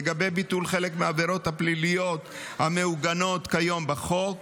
לגבי ביטול חלק מהעבירות הפליליות המעוגנות כיום בחוק,